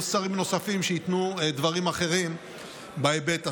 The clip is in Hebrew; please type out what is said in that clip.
יהיו שרים נוספים שייתנו דברים אחרים בהיבט הזה.